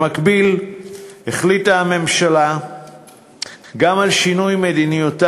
במקביל החליטה הממשלה גם על שינוי מדיניותה